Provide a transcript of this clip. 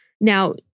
Now